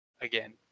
again